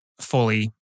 fully